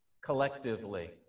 collectively